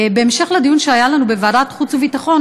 בהמשך לדיון שהיה לנו בוועדת החוץ והביטחון,